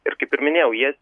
ir kaip ir minėjau jie